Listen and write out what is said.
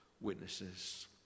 witnesses